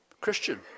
Christian